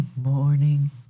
morning